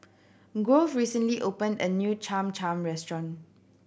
Grove recently opened a new Cham Cham restaurant